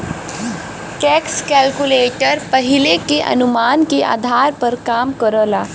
tax calculator पहिले के अनुमान के आधार पर काम करला